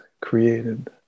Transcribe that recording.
created